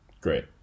Great